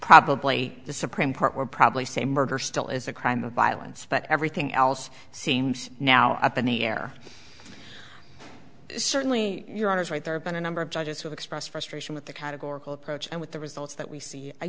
probably the supreme court would probably say murder still is a crime of violence but everything else seems now up in the air certainly your honor is right there have been a number of judges who expressed frustration with the categorical approach and with the results that we see i